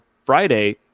Friday